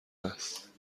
است